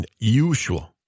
unusual